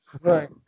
Right